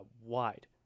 wide